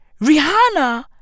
Rihanna